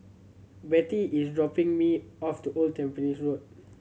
Betty is dropping me off to Old Tampines Road